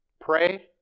Pray